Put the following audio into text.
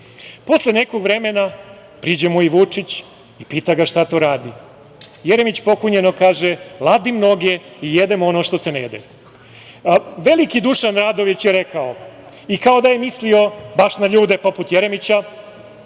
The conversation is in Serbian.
Posle nekog vremena priđe mu i Vučić i pita ga šta to radi? Jeremić pokunjeno kaže – ladim noge i jedem ono što se ne jede. Veliki Dušan Radović je rekao, i kao da je mislio baš na ljude poput Jeremića